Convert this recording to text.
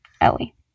Ellie